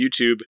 YouTube